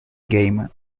game